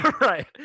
right